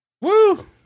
Woo